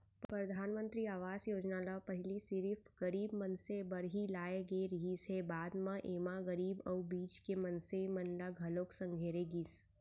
परधानमंतरी आवास योजना ल पहिली सिरिफ गरीब मनसे बर ही लाए गे रिहिस हे, बाद म एमा गरीब अउ बीच के मनसे मन ल घलोक संघेरे गिस